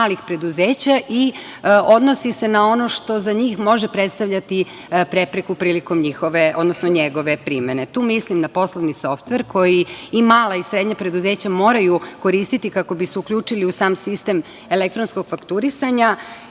i odnosi se na ono što za njih može predstavljati prepreku prilikom njegove primene. Tu mislim na poslovni softver koji i mala i srednja preduzeća moraju koristiti kako bi se uključili u sam sistem elektronskog fakturisanja.